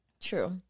true